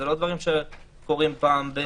הם לא דברים שקורים פעם ב-.